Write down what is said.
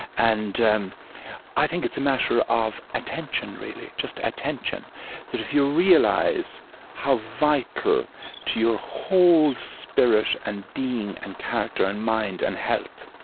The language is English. and and i think it's a matter of attention, really, just attention that if you realize how vital to your whole spirit and being and character and mind and health,